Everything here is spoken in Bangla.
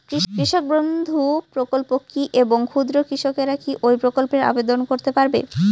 কৃষক বন্ধু প্রকল্প কী এবং ক্ষুদ্র কৃষকেরা কী এই প্রকল্পে আবেদন করতে পারবে?